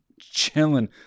chilling